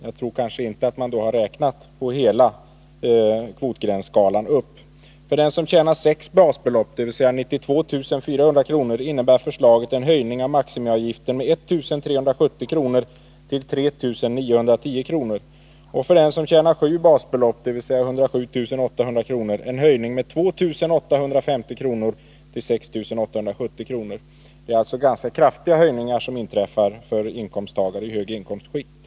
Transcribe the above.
Då hade de nog inte räknat med hela kvotgränsskalan. Nr 44 För den som tjänar sex basbelopp, dvs. 92 400 kr., innebär förslaget en Tisdagen den höjning av maximiavgiften med 1 370 kr. till 3 910 kr., och för den som tjänar 9 december 1980 sju basbelopp, dvs. 107 800 kr., innebär det en höjning med 2 850 kr. till 6 870 kr. Det är alltså fråga om ganska kraftiga höjningar för inkomsttagare i Besparingar i högre inkomstskikt.